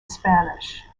spanish